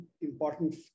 important